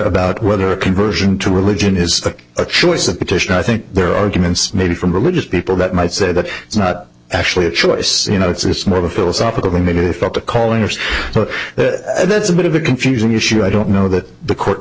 about whether a conversion to religion is a choice a petition i think there are arguments maybe from religious people that might say that it's not actually a choice you know it's more of a philosophical thing maybe they thought the calling of but that's a bit of a confusing issue i don't know that the court